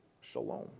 shalom